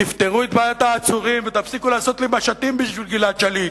תפתרו את בעיית העצורים ותפסיקו לעשות לי משטים בשביל גלעד שליט,